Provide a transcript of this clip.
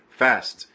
fast